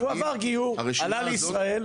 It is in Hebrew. הוא עבר גיור, עלה לישראל.